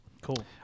Cool